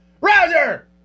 Roger